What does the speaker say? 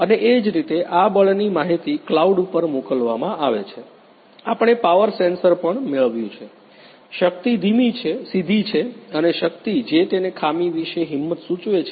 અને એ જ રીતે આ બળની માહિતી ક્લાઉડ પર મોકલવામાં આવે છે આપણે પાવર સેન્સર પણ મેળવ્યું છે શક્તિ સીધી છે અને શક્તિ જે તેને ખામી વિશે હિંમત સૂચવે છે